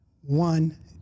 one